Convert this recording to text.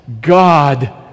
God